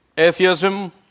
Atheism